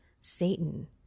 Satan